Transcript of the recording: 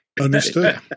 Understood